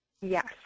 Yes